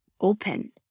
open